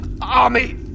Army